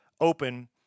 open